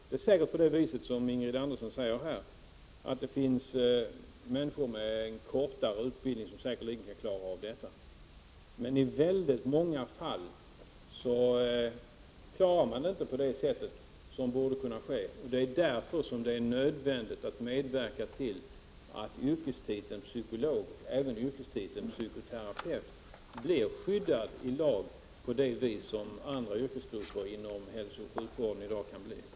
Det är säkert på det sättet som Ingrid Andersson säger, att att det finns människor med en kortare utbildning som säkerligen kan klara detta. Men i väldigt många fall klarar dessa psykologer och terapeuter utan legitimation inte av detta. Därför är det nödvändigt att medverka till att yrkestitlarna psykolog och psykoterapeut blir skyddade i lag på det sätt som andra yrkestitlar inom hälsooch sjukvården i dag är.